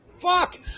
Fuck